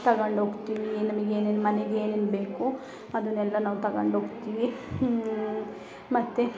ತಗೊಂಡ್ ಹೋಗ್ತಿವಿ ಏನು ನಮಗ್ ಏನೇನು ಮನೆಗೆ ಏನೇನು ಬೇಕು ಅದನೆಲ್ಲ ನಾವು ತಗೊಂಡ್ ಹೋಗ್ತಿವಿ ಮತ್ತು